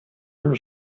your